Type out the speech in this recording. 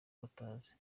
batazi